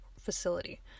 facility